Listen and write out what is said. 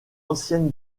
ancienne